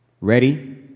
Ready